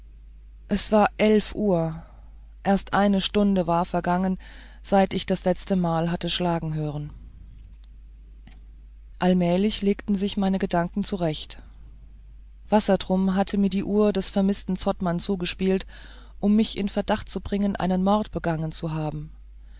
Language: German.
es war elf uhr erst eine stunde war vergangen seit ich das letzte mal hatte schlagen hören allmählich legten sich meine gedanken zurecht wassertrum hat mir die uhr des vermißten zottmann zugespielt um mich in verdacht zu bringen einen mord begangen zu haben